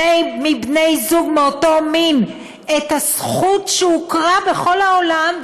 מבני זוג מאותו מין את הזכות שהוכרה בכל העולם,